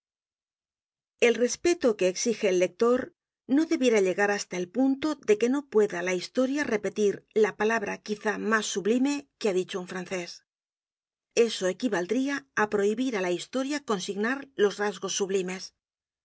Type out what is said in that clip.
el respeto que exige el lector no debiera llegar hasta el punto de que no pueda la historia repetir la palabra quizá mas sublime que ha dicho un francés eso equivaldría á prohibir á la historia consignar los rasgos sublimes